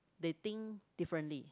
they think differently